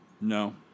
No